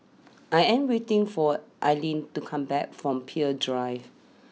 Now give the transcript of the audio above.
I am waiting for Ailene to come back from Peirce Drive